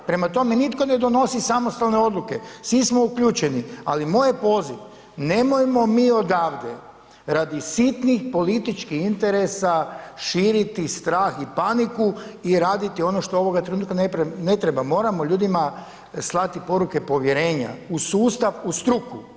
Prema tome, nitko ne donosi samostalne odluke, svi smo uključeni, ali moj je poziv nemojmo mi odavde radi sitnih političkih interesa širiti strah i paniku i raditi ono što ovoga trenutka ne treba, moramo ljudima slati poruke povjerenja u sustav, u struku.